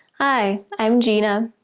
hi, i'm gina.